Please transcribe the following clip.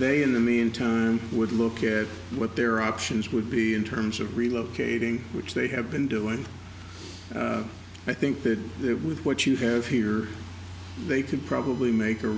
they in the meantime would look at what their options would be in terms of relocating which they have been doing i think that they have with what you have here they could probably make a